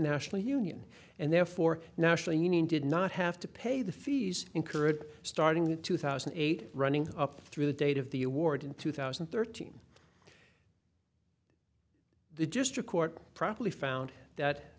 national union and therefore national union did not have to pay the fees incurred starting in two thousand and eight running up through the date of the award in two thousand and thirteen the just a court probably found that